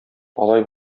алай